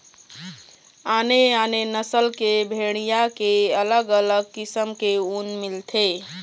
आने आने नसल के भेड़िया के अलग अलग किसम के ऊन मिलथे